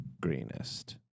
greenest